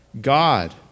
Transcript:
God